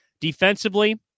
Defensively